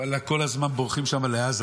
ואלה, כל הזמן בורחים שם לעזה.